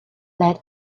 let